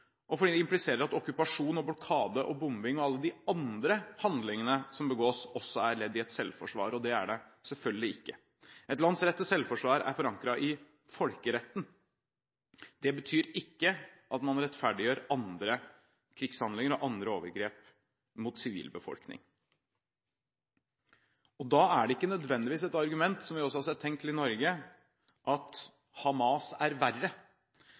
og fordi den impliserer at okkupasjon, blokade, bombing og alle de andre handlingene som begås, også er ledd i et selvforsvar, og det er det selvfølgelig ikke. Et lands rett til selvforsvar er forankret i folkeretten. Det betyr ikke at man kan rettferdiggjøre andre krigshandlinger og overgrep mot sivilbefolkningen, og da er det ikke nødvendigvis et argument – som vi også har sett bli brukt i Norge – at Hamas er verre,